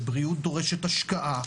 ובריאות דורשת השקעה.